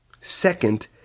Second